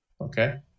okay